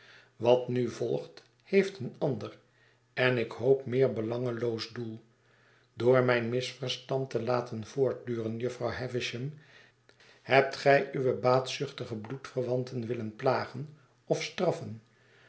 wat nu volgt heeft een ander en ik hoop meer belangeloos doel door mijn rnisverstand te laten voortduren jufvrouw havisham hebt gij uwe baatzuchtige bloedverwanten willen plagen of straffen